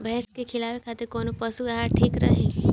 भैंस के खिलावे खातिर कोवन पशु आहार ठीक रही?